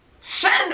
Send